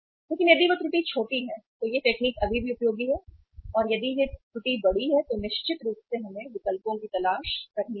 लेकिन यदि वह त्रुटि छोटी है तो तकनीक अभी भी उपयोगी है लेकिन यदि त्रुटि बड़ी है तो निश्चित रूप से हमें विकल्पों की तलाश करनी होगी